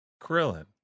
Krillin